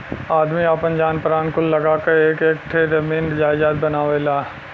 आदमी आपन जान परान कुल लगा क एक एक ठे जमीन जायजात बनावेला